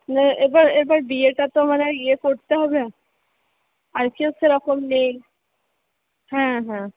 না এবার এবার বিয়েটা তো মানে ইয়ে করতে হবে আর কেউ সেরকম নেই হ্যাঁ হ্যাঁ